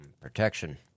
protection